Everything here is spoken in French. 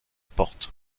portes